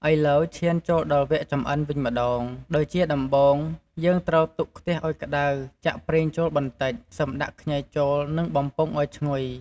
ឥឡូវឈានចូលដល់វគ្គចម្អិនវិញម្ដង ដោយជាដំបូង យើងត្រូវទុកខ្ទះឲ្យក្ដៅ ចាក់ប្រេងចូលបន្តិច សិមដាក់ខ្ញីចូល និងបំពងឲ្យឈ្ងុយ។